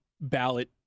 ballot